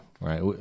right